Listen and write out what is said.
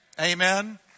Amen